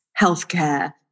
healthcare